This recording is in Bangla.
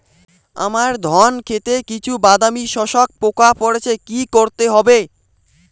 আমার ধন খেতে কিছু বাদামী শোষক পোকা পড়েছে কি করতে হবে?